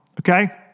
okay